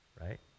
Right